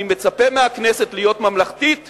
אני מצפה מהכנסת להיות ממלכתית